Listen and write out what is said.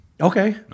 Okay